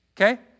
okay